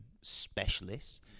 specialists